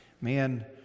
man